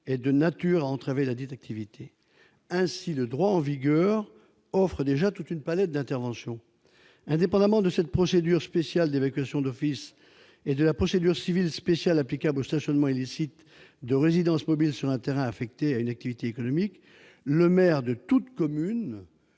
est de nature à entraver ladite activité. Ainsi, le droit en vigueur offre déjà toute une palette d'interventions. Indépendamment de la procédure spéciale d'évacuation d'office et de la procédure civile spéciale applicable au stationnement illicite de résidences mobiles sur un terrain affecté à une activité économique, le maire de toute commune